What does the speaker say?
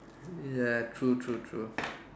ya true true true